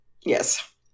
Yes